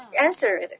answered